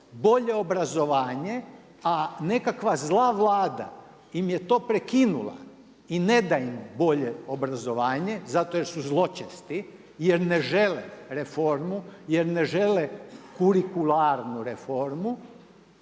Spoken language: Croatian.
bolje obrazovanje a nekakva zla Vlada im je to prekinula i ne da im bolje obrazovanje zato jer su zločesti, jer ne žele reformu, jer ne žele kurikularnu reformu